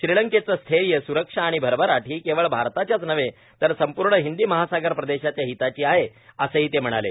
श्रीलंकेचं स्थैर्य स्रक्षा आणि भरभराट ही केवळ भारताच्याच नव्हे तर संपूर्ण हिंदी महासागर प्रदेशाच्या हिताची आहे असंही ते म्हणाले